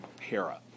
Hera